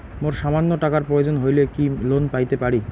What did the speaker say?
মোর সামান্য টাকার প্রয়োজন হইলে কি লোন পাইতে পারি?